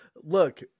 Look